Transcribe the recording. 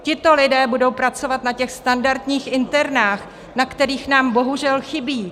Tito lidé budou pracovat na těch standardních internách, na kterých nám bohužel chybí.